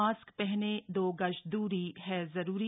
mask पहनें दो गज दूरी है जरूरी